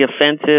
offensive